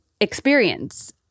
experience